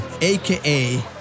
aka